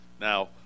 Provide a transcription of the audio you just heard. Now